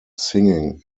singing